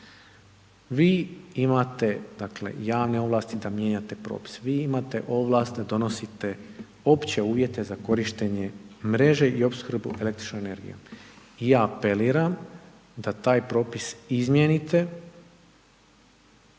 Vi imate javne ovlasti da mijenjate propis, vi imate ovlast da donosite opće uvjete za korištenje mreže i opskrbu električnom energijom. Ja apeliram da taj propis izmijenite,